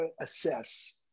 assess